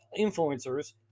influencers